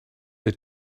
they